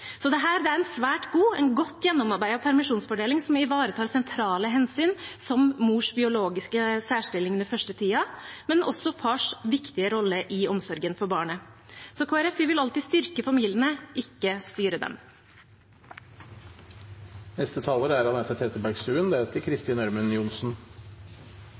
Så dette er en svært god og en godt gjennomarbeidet permisjonsfordeling som ivaretar sentrale hensyn, som mors biologiske særstilling den første tiden, men også fars viktige rolle i omsorgen for barnet. Kristelig Folkeparti vil alltid styrke familiene, ikke styre dem. Nå nærmer vi oss valgkamp. Det merker vi i denne salen når det egentlig er